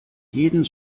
jeden